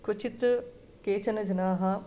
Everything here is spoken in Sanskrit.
क्वचित् केचन जनाः